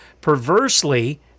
Perversely